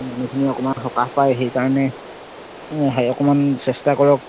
মানুহখিনি অকমান সকাহ পায় সেইকাৰণে হেৰি অকমান চেষ্টা কৰক